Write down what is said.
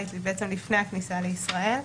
לפני הכניסה לישראל,